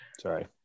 Sorry